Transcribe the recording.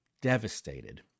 devastated